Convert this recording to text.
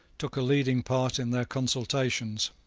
took a leading part in their consultations.